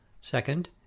second